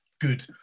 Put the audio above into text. good